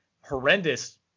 horrendous